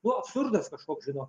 nu absurdas kažkoks žinot